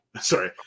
Sorry